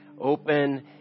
Open